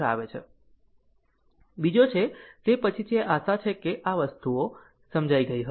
બીજો છે તે પછી છે આશા છે કે આ વસ્તુઓ સમજાઈ ગઈ હશે